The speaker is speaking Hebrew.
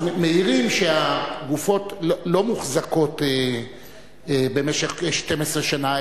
אז מעירים שהגופות לא מוחזקות במשך 12 שנה